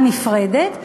נפרדת,